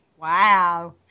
Wow